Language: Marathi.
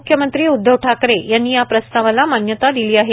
मुख्यमंत्री उदधव ठाकरे यांनी या प्रस्तावाला मान्यता दिली आहे